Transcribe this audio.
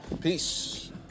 Peace